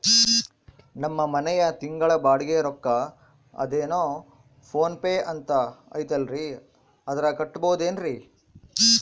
ನಮ್ಮ ಮನೆಯ ತಿಂಗಳ ಬಾಡಿಗೆ ರೊಕ್ಕ ಅದೇನೋ ಪೋನ್ ಪೇ ಅಂತಾ ಐತಲ್ರೇ ಅದರಾಗ ಕಟ್ಟಬಹುದೇನ್ರಿ?